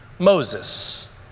Moses